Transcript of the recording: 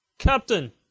captain